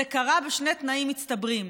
זה קרה בשני תנאים מצטברים: